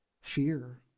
fear